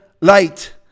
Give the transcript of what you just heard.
light